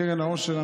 קרן העושר,